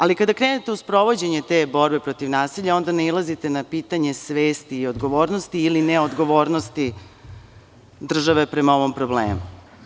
Ali, kada krenete u sprovođenje te borbe protiv nasilja, onda nailazite na pitanje svesti i odgovornosti ili neodgovornosti države prema ovom problemu.